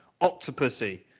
Octopussy